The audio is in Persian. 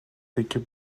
تکه